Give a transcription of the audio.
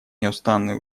неустанные